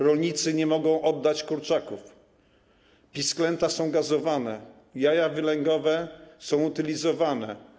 Rolnicy nie mogą oddać kurczaków, pisklęta są gazowane, jaja wylęgowe są utylizowane.